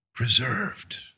preserved